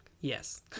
Yes